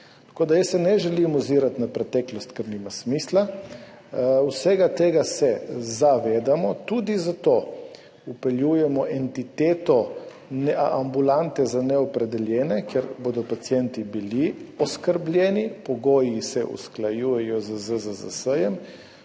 učinka. Jaz se ne želim ozirati v preteklost, ker nima smisla, vsega tega se zavedamo. Tudi zato vpeljujemo entiteto ambulante za neopredeljene, kjer bodo pacienti oskrbljeni. Pogoji se usklajujejo z ZZZS.